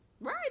Right